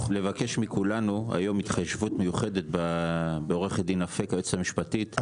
לבקש מכולנו היום התחשבות מיוחדת ביועצת המשפטית,